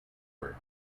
were